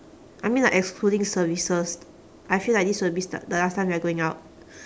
I mean like excluding services I feel like this will be st~ the last time we are going out